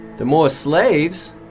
the more slaves,